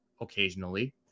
occasionally